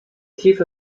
tiefer